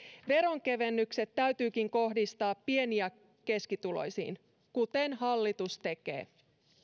veronkevennykset täytyykin kohdistaa pieni ja keskituloisiin kuten hallitus tekee